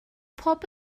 pob